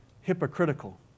hypocritical